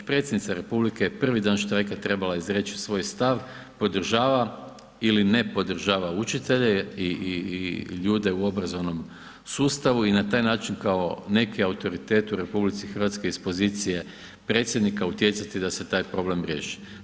Predsjednica Republike prvi dan štrajka je trebala izreći svoj stav, podržava ili ne podržava učitelje i ljude u obrazovnom sustavu i na taj način kako neki autoritet u RH iz pozicije predsjednika utjecati da se taj problem riješi.